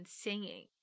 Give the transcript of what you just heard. singing